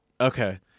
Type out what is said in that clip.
Okay